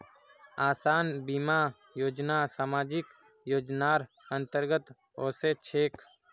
आसान बीमा योजना सामाजिक योजनार अंतर्गत ओसे छेक